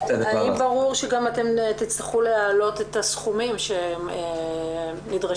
האם ברור שגם אתם תצטרכו להעלות את הסכומים שהם נדרשים,